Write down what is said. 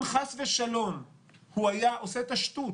אם חס ושלום הוא היה עושה את השטות